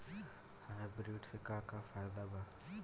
Hybrid से का का फायदा बा?